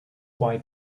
why